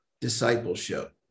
discipleship